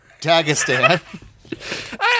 Dagestan